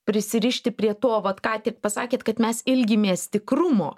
prisirišti prie to vat ką tik pasakėt kad mes ilgimės tikrumo